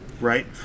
right